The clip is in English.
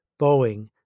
Boeing